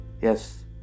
yes